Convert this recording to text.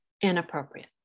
inappropriate